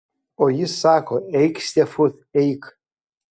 o jis sako eik stefut eik